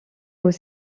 aux